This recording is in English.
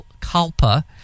Kalpa